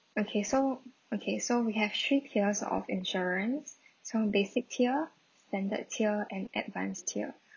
okay so okay so we have three tiers of insurance so basic tier standard tier and advanced tier